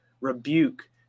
rebuke